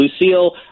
Lucille